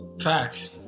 Facts